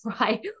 right